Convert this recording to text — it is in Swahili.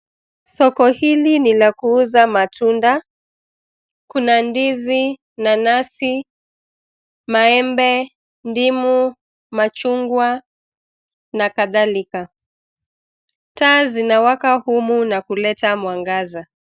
Soko hili ni la kuuza matunda, kuna ndizi, nanasi, maembe ndimu, machungwa na kadhalika. Taa zinawaka humu na kuleta mwangaza.